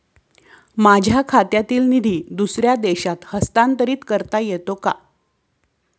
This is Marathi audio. माझ्या खात्यातील निधी दुसऱ्या देशात हस्तांतर करता येते का?